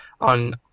on